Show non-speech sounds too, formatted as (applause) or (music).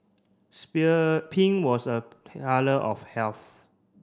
(unintelligible) pink was a colour of health